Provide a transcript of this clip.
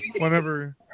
Whenever